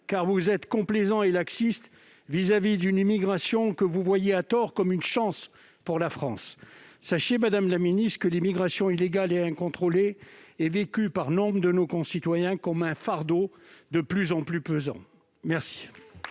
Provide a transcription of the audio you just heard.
car vous êtes complaisants et laxistes vis-à-vis d'une immigration que vous voyez, à tort, comme une chance pour la France. Sachez, madame la ministre, que l'immigration illégale et incontrôlée est vécue comme un fardeau de plus en plus pesant par